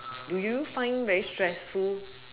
do you find very stressful